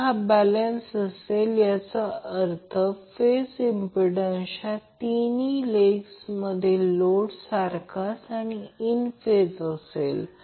आणि अँगल एकमेकांपासून 120° वेगळे आहेत त्याचप्रमाणे a b c एकमेकांपासून 120° वेगळे आहेत